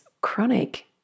chronic